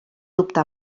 optar